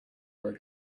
were